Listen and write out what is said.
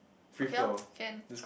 okay loh can